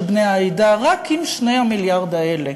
של בני העדה רק עם 2 המיליארד האלה.